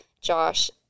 Josh